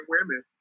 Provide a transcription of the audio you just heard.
women